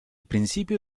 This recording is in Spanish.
principio